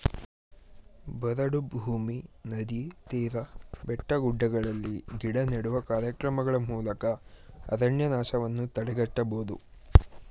ಬರಡು ಭೂಮಿ, ನದಿ ತೀರ, ಬೆಟ್ಟಗುಡ್ಡಗಳಲ್ಲಿ ಗಿಡ ನೆಡುವ ಕಾರ್ಯಕ್ರಮಗಳ ಮೂಲಕ ಅರಣ್ಯನಾಶವನ್ನು ತಡೆಗಟ್ಟಬೋದು